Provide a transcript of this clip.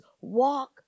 walk